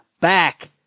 back